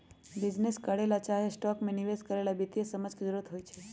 business करे ला चाहे स्टॉक में निवेश करे ला वित्तीय समझ के जरूरत होई छई